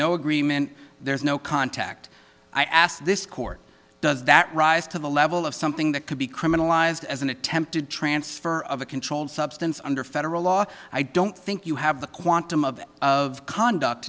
no agreement there's no contact i asked this court does that rise to the level of something that could be criminalized as an attempted transfer of a controlled substance under federal law i don't think you have the